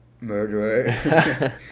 murderer